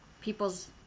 people's